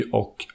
och